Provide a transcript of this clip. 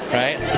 right